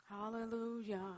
Hallelujah